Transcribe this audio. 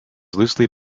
loosely